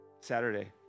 Saturday